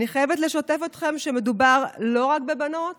אני חייבת לשתף אתכם שמדובר לא רק בבנות